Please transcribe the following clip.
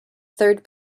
third